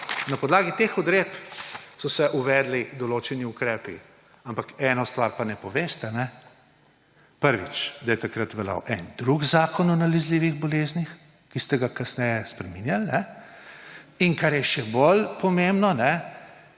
Na podlagi teh odredb so se uvedli določeni ukrepi. Ampak ene stvari pa ne poveste: prvič, da je takrat veljal en drug zakon o nalezljivih boleznih, ki ste ga kasneje spreminjali, in kar je še bolj pomembno,